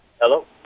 Hello